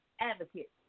advocate